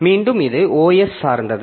மீண்டும் இது OS சார்ந்தது